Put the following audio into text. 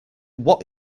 what